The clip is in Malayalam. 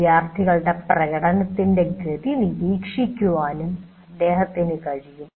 വിദ്യാർത്ഥികളുടെ പ്രകടനത്തിന്റെ ഗതി നിരീക്ഷിക്കാനും അദ്ദേഹത്തിന് കഴിയും